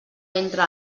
entra